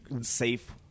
safe